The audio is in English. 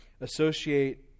associate